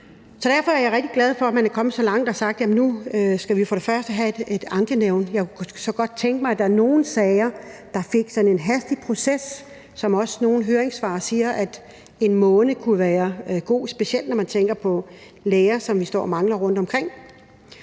Derfor er jeg rigtig glad for, at man er kommet så langt og har sagt, at nu skal vi have et ankenævn. Jeg kunne så godt tænke mig, at der var nogle sager, der fik en hastig proces, som også nogle høringssvar siger. De siger, at 1 måned kunne være godt – specielt når man tænker på læger, som vi står og mangler rundtomkring.